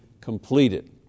completed